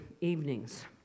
evenings